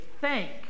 thank